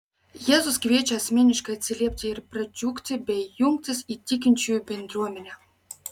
jėzus kviečia asmeniškai atsiliepti ir pradžiugti bei jungtis į tikinčiųjų bendruomenę